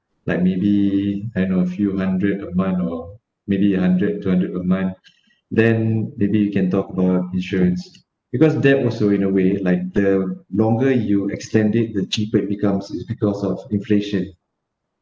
like maybe end of few hundred a month or maybe hundred two hundred a month then maybe you can talk about insurance because debt was so in a way like the longer you extend it the cheaper it becomes it's because of inflation